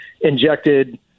injected